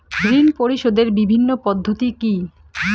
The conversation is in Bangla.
ঋণ পরিশোধের বিভিন্ন পদ্ধতি কি কি?